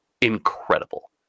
incredible